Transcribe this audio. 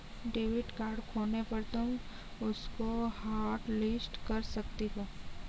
debit card खोने पर तुम उसको हॉटलिस्ट कर सकती हो